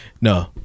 No